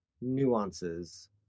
nuances